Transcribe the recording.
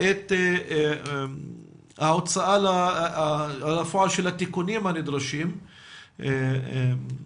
את ההוצאה לפועל של התיקונים הנדרשים ולכן